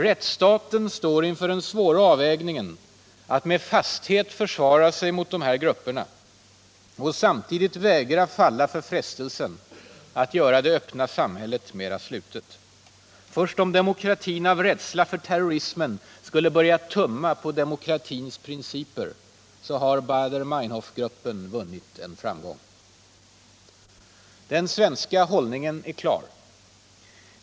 Rättsstaten står inför den svåra avvägningen att med fasthet försvara sig mot de här grupperna och samtidigt vägra falla för frestelsen att göra det öppna samhället mera slutet. Först om demokratin av rädsla för terrorismen skulle börja tumma på demokratins principer, har Baader-Meinhof-gruppen vunnit en framgång. Den svenska hållningen är klar.